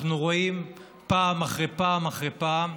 אנחנו רואים פעם אחרי פעם אחרי פעם,